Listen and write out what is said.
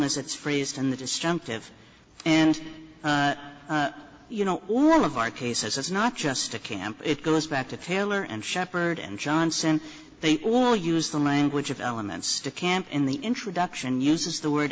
as it's phrased in the destructive and you know all of our cases it's not just a camp it goes back to taylor and shepard and johnson they all use the language of elements to camp in the introduction uses the word